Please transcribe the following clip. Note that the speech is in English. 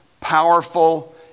powerful